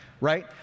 right